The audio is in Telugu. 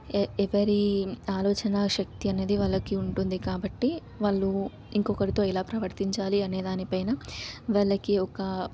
ఏ ఎవరి ఆలోచనా శక్తి అనేది వాళ్ళకి ఉంటుంది కాబట్టి వాళ్ళు ఇంకొకరితో ఎలా ప్రవర్తించాలి అనే దానిపైన వాళ్ళకి ఒక